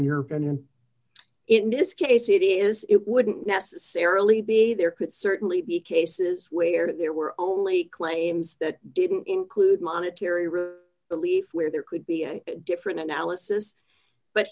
in your opinion in this case it is it wouldn't necessarily be there could certainly be cases where there were only claims that didn't include monetary really believe where there could be a different analysis but